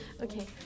Okay